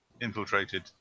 infiltrated